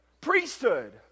priesthood